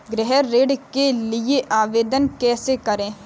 गृह ऋण के लिए आवेदन कैसे करें?